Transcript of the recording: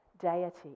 deity